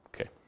Okay